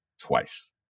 twice